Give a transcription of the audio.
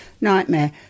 nightmare